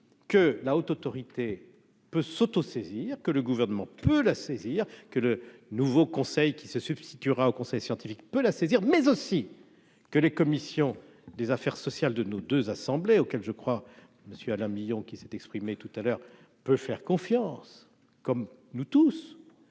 que la Haute autorité peut s'autosaisir, que le gouvernement peut la saisir que le nouveau conseil qui se substituera au conseil scientifique peut la saisir, mais aussi que les commissions des affaires sociales de nos deux assemblées auquel je crois Monsieur Alain Millon qui s'est exprimé tout à l'heure peut faire confiance, comme nous tous